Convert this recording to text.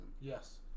yes